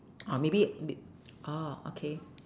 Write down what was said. or maybe m~ orh okay